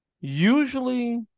Usually